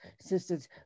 sisters